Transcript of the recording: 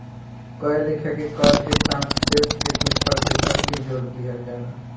कए लेखा के कर के साथ शेष के कुछ प्रतिशत भी जोर दिहल जाला